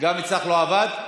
גם אצלי לא עבד.